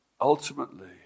Ultimately